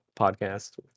podcast